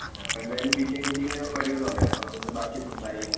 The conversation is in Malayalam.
ആ അപ്പോൾ എന്തായാലും പി ടി എ മീറ്റിങ്ങിന് വരുമല്ലോ അല്ലേ അപ്പോൾ നമുക്ക് ബാക്കി സംസാരിക്കാം